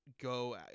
go